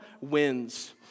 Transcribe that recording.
wins